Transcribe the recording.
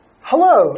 Hello